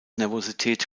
nervosität